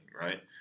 right